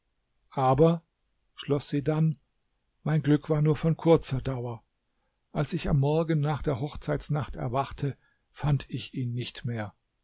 aber schloß sie dann mein glück war nur von kurzer dauer als ich am morgen nach der hochzeitsnacht erwachte fand ich ihn nicht mehr